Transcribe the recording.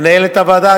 מנהלת הוועדה,